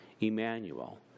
Emmanuel